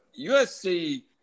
USC